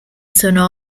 sono